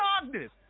darkness